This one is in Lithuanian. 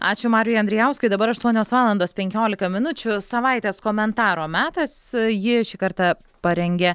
ačiū mariui andrijauskui dabar aštuonios valandos penkiolika minučių savaitės komentaro metas jį šį kartą parengė